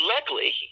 luckily